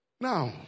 Now